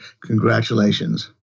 Congratulations